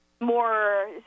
more